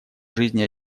жизни